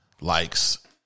likes